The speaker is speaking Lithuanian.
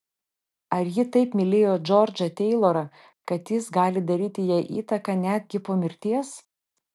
ar ji taip mylėjo džordžą teilorą kad jis gali daryti jai įtaką netgi po mirties